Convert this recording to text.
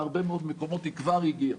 בהרבה מאוד מקומות היא כבר הגיעה.